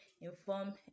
inform